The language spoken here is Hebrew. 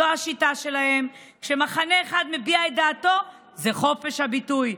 זו השיטה שלהם: כשמחנה אחד מביע את דעתו זה חופש הביטוי,